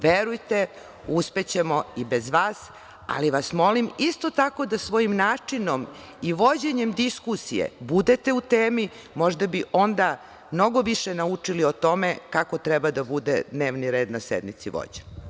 Verujte, uspećemo i bez vas, ali vas molim isto tako da svojim načinom i vođenjem diskusije budete u temi možda bi onda mnogo više naučili o tome kako treba da bude dnevni red na sednici vođen.